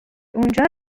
اونجا